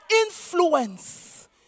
influence